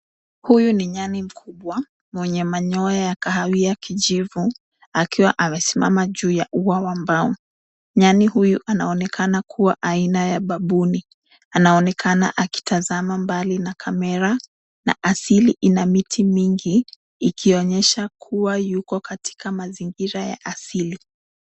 Huyu ni nyani mkubwa mwenye manyoya ya kahawia kijivu akiwa amesimama juu ya ua wa mbao. Nyani huyu anaonekana kuwa aina ya baboon .Anaonekana akitazama mbali na kamera na asili ina miti mingi ikionyesha kuwa yuko katika mazingira ya asili.